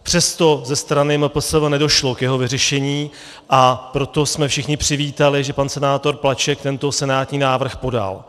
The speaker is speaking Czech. Přesto ze strany MPSV nedošlo k jeho vyřešení, a proto jsme všichni přivítali, že pan senátor Plaček tento senátní návrh podal.